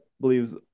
believes